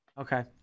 Okay